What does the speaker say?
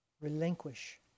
relinquish